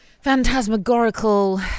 phantasmagorical